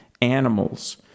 animals